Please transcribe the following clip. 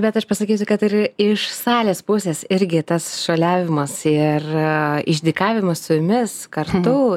bet aš pasakysiu kad ir iš salės pusės irgi tas šuoliavimas ir išdykavimas su jumis kartu